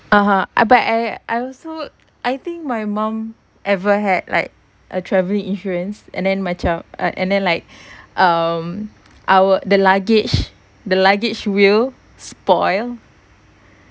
(uh huh) I but I I also I think my mum ever had like a travelling insurance and then macam uh and then like um our the luggage the luggage wheel spoil